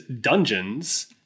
dungeons –